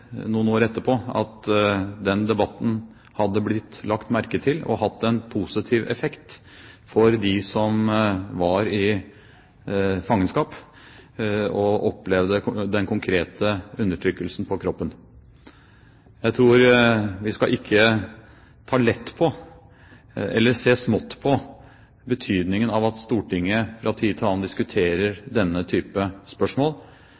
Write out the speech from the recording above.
noen år etterpå om at den debatten hadde blitt lagt merke til og hatt en positiv effekt for dem som var i fangenskap og opplevde den konkrete undertrykkelsen på kroppen. Jeg tror ikke vi skal ta lett på eller se smått på betydningen av at Stortinget fra tid til annen diskuterer denne type spørsmål.